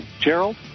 Gerald